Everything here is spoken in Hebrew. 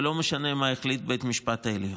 ולא משנה מה החליט בית המשפט העליון.